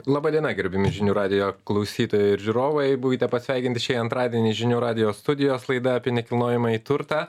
laba diena gerbiami žinių radijo klausytojai ir žiūrovai būkite pasveikinti šį antradienį žinių radijo studijos laida apie nekilnojamąjį turtą